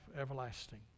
everlasting